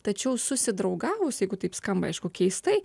tačiau susidraugavus jeigu taip skamba aišku keistai